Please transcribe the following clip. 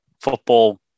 football